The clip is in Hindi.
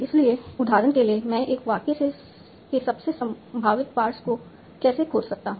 इसलिए उदाहरण के लिए मैं एक वाक्य के सबसे संभावित पार्स को कैसे खोज सकता हूं